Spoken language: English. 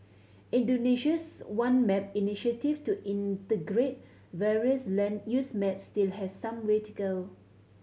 Indonesia's One Map initiative to integrate various land use maps still has some way to go